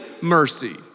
mercy